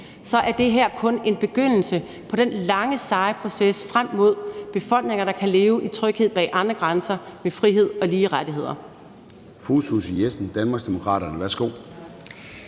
så er det her kun en begyndelse på den lange, seje proces frem mod befolkninger, der kan leve i tryghed bag egne grænser, med frihed og lige rettigheder.